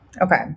Okay